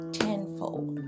tenfold